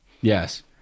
yes